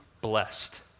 blessed